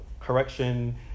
correction